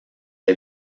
est